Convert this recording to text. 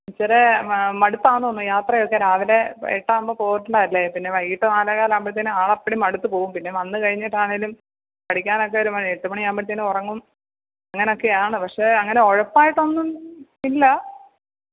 ഇച്ചരെ മടുപ്പാന്നൊന്നു യാത്രയൊക്കെ രാവിലെ എട്ടാകുമ്പോൾ പോരുന്നതല്ലേ പിന്നെ വൈകിട്ട് നാലെ കാലാവുമ്പത്തേനും ആളപ്പടി മടുത്തു പോവും പിന്നെ വന്ന് കഴിഞ്ഞിട്ടാണേലും പഠിക്കാനൊക്കെ ഒരു എട്ട് മണി ആകുമ്പത്തേനും ഉറങ്ങും അങ്ങനൊക്കെയാണ് പക്ഷേ അങ്ങനെ ഉഴപ്പായിട്ട് ഒന്നും ഇല്ല